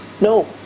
no